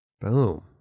Boom